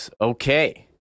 Okay